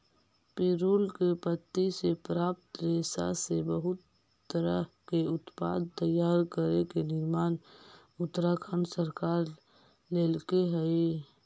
पिरुल के पत्ति से प्राप्त रेशा से बहुत तरह के उत्पाद तैयार करे के निर्णय उत्तराखण्ड सरकार लेल्के हई